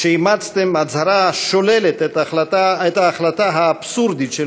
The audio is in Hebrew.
כשאימצתם הצהרה השוללת את ההחלטה האבסורדית של